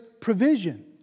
provision